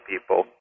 people